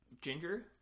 Ginger